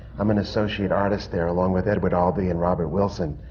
i'm an associate artist there, along with edward ah albee and robert wilson.